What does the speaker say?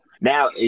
now